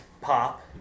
pop